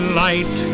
light